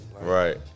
Right